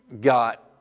got